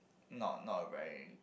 not not a very